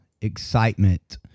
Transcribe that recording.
excitement